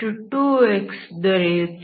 2x ದೊರೆಯುತ್ತದೆ